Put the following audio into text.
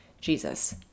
Jesus